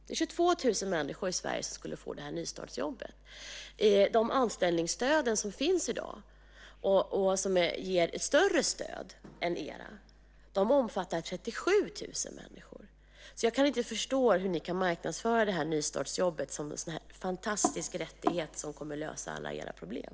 Det är 22 000 människor i Sverige som skulle få ett nystartsjobb. De anställningsstöd som finns i dag ger ett större stöd än ert. De omfattar 37 000 människor. Jag kan inte förstå hur ni kan marknadsföra dessa nystartsjobb som en så fantastisk rättighet som kommer att lösa alla era problem.